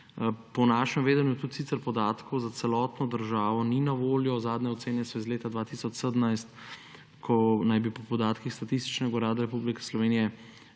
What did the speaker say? Po našem vedenju tudi sicer podatkov za celotno državo ni na voljo, zadnje ocene so iz leta 2017, ko naj bi po podatkih Statističnega urada Republike Slovenije